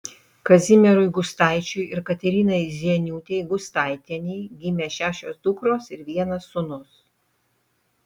kazimierui gustaičiui ir katerinai zieniūtei gustaitienei gimė šešios dukros ir vienas sūnus